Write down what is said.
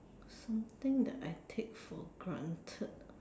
something that I take for granted